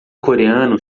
coreano